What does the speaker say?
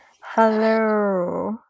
Hello